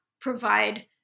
provide